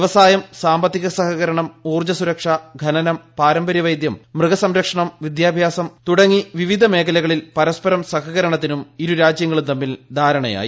വ്യവസായം സാമ്പത്തിക സഹകരണം ഊർജ്ജ സുരക്ഷ ഖനനം പാരമ്പര്യ വൈദ്യം മൃഗസംരക്ഷണം വിദ്യാഭൃാസം തുടങ്ങീ വിവിധ മേഖലകളിൽ പരസ്പരം സഹകരണത്തിനും ഇരുരാജൃങ്ങളും തമ്മിൽ ധാരണയായി